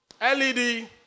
LED